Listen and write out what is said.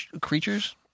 creatures